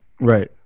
right